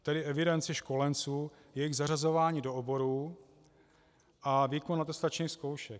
Tedy evidenci školenců, jejich zařazování do oborů a výkon atestačních zkoušek.